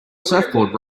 surfboard